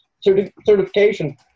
certification